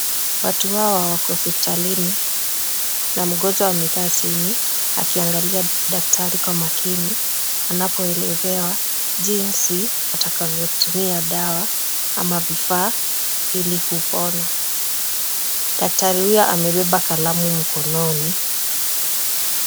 Watu hawa wako hospitalini na mgonjwa amekaa chini akiangalia daktari kwa makini anapoelezewa jinsi atakavyotumia dawa ama vifaa ili kupona. Daktari huyo amebeba kalamu mkononi.